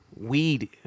weed